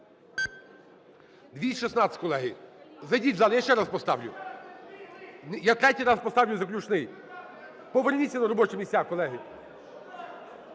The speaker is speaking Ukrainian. За-216 Колеги, зайдіть в зал, я ще раз поставлю. Я третій раз поставлю – заключний, поверніться на робочі місця, колеги.